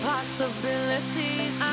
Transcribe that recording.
Possibilities